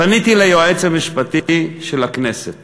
פניתי ליועץ המשפטי של הכנסת